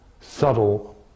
subtle